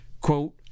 quote